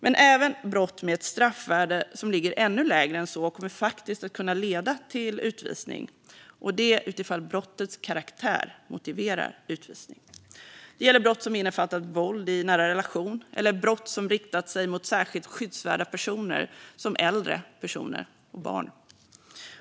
Men även brott med ett straffvärde som ligger ännu lägre än så kommer faktiskt att kunna leda till utvisning, och det sker om brottets karaktär motiverar utvisning. Det gäller brott som innefattat våld i nära relation, eller brott som riktat sig mot särskilt skyddsvärda personer, exempelvis äldre personer och barn.